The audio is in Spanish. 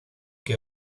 que